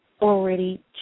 already